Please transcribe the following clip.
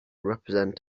represent